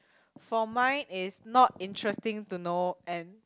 for mine is not interesting to know and